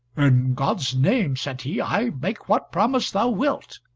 in god's name, said he, i make what promise thou wilt.